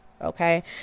okay